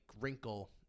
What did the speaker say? wrinkle –